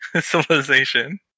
civilization